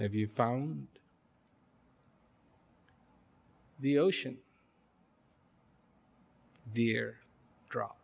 have you found the ocean dear dr